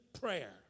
prayer